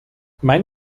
mein